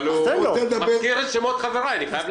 אבל הוא מזכיר את שמות חבריי ואני חייב להגיב.